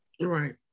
Right